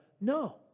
No